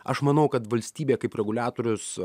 aš manau kad valstybė kaip reguliatorius